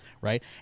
right